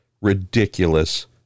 Ridiculous